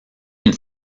une